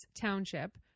township